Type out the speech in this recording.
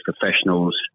professionals